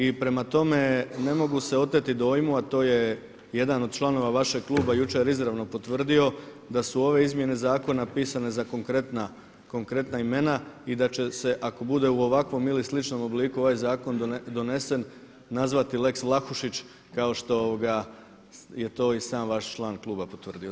I prema tome ne mogu se oteti dojmu, a to je jedan od članova vašeg kluba jučer izravno potvrdio da su ove izmjene zakona pisane za konkretna imena i da će se ako bude u ovakvom ili sličnom obliku ovaj zakon donesen nazvati Lex Vlahušić kao što je to i sam vaš član kluba potvrdio.